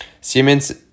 Siemens